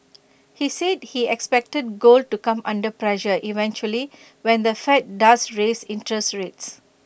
he said he expected gold to come under pressure eventually when the fed does raise interest rates